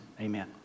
amen